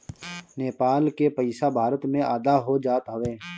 नेपाल के पईसा भारत में आधा हो जात हवे